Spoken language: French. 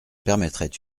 permettrait